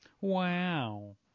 Wow